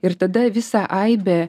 ir tada visą aibę